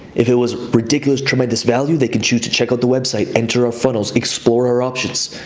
if it was ridiculous, tremendous value, they can choose to check out the website, enter our funnels, explore our options.